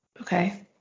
Okay